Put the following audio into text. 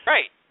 Right